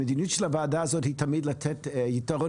המדיניות של הוועדה הזאת היא תמיד לתת יתרון